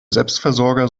selbstversorger